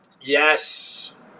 Yes